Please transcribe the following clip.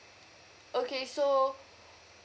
okay so